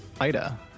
Ida